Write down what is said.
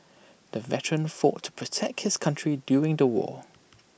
the veteran fought to protect his country during the war